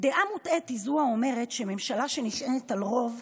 "דעה מוטעית היא זו האומרת, שממשלה שנשענת על רוב,